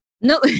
No